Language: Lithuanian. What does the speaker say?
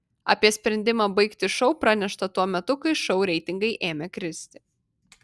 apie sprendimą baigti šou pranešta tuo metu kai šou reitingai ėmė kristi